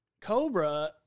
Cobra